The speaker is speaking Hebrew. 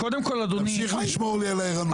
תמשיך לשמור לי על הערנות.